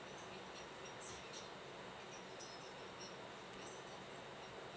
okay